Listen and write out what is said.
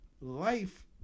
life